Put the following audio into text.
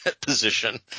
position